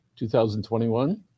2021